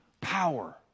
power